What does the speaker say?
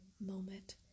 moment